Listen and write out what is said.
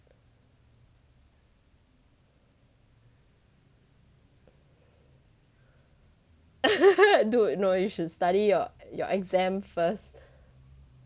dude no you should study your your exam first